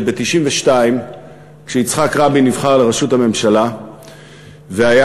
כאשר ב-1992 יצחק רבין נבחר לראשות הממשלה והיו